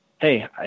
hey